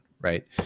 right